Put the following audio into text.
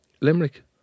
Limerick